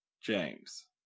James